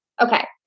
Okay